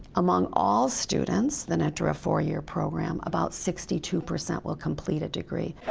among all students that enter a four-year program, about sixty two percent will complete a degree.